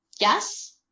Yes